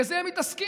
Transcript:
בזה הם מתעסקים.